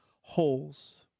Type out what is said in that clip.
holes